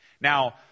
Now